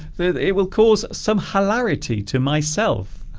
it will cause some hilarity to myself